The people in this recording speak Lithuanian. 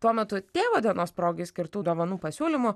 tuo metu tėvo dienos progai skirtų dovanų pasiūlymų